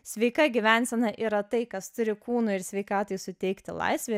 sveika gyvensena yra tai kas turi kūnui ir sveikatai suteikti laisvę